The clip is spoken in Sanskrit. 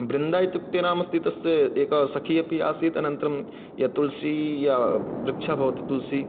वृन्दा इत्युक्ते नाम अस्ति तस्य एका सखी अपि आसीत् अनन्तरं या तुलसी या वृक्षः भवति तुलसी